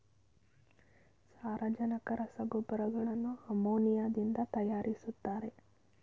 ಸಾರಜನಕ ರಸಗೊಬ್ಬರಗಳನ್ನು ಅಮೋನಿಯಾದಿಂದ ತರಯಾರಿಸ್ತರೆ